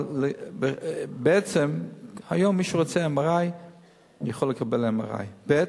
אבל בעצם היום מי שרוצה MRI יכול לקבל MRI. ב.